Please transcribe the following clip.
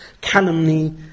calumny